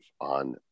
on